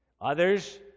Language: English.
Others